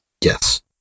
Yes